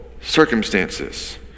circumstances